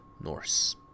Norse